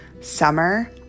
Summer